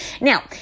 Now